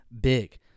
big